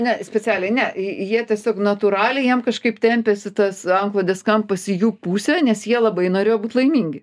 ne specialiai ne jie tiesiog natūraliai jiem kažkaip tempiasi tas antklodės kampas į jų pusę nes jie labai norėjo būt laimingi